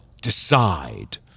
decide